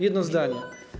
Jedno zdanie.